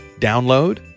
download